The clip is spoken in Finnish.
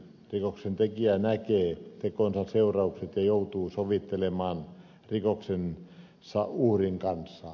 rikoksen tekijä näkee tekonsa seuraukset ja joutuu sovittelemaan rikoksensa uhrin kanssa